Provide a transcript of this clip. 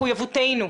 מחויבותנו,